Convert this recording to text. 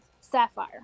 sapphire